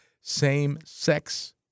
same-sex